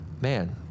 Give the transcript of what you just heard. man